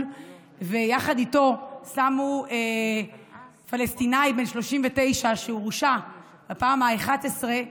ויחד איתו שמו פלסטיני בן 39 שהורשע בפעם ה-11,